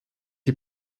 die